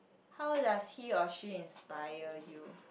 how does he or she inspire you